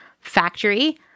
factory